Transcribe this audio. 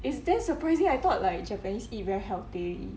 is damn surprising I thought like japanese eat very healthy